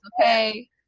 okay